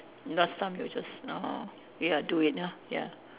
last time you just ah ya do it ah ya